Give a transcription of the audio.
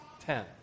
ten